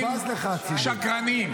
-- הוא בז לך, הציבור.